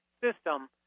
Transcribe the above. system